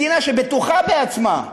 מדינה שבטוחה בעצמה,